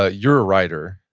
ah you're a writer.